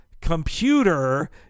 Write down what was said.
computer